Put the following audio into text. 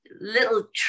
little